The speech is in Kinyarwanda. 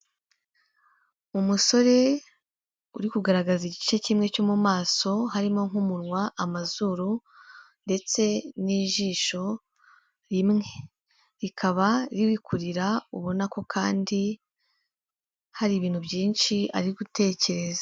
Umusore uri kugaragaza igice kimwe cyo mu maso harimo nk'umunwa, amazuru, ndetse n'ijisho rimwe, rikaba riri kurira ubona ko kandi hari ibintu byinshi ari gutekereza.